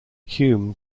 hume